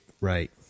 right